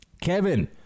Kevin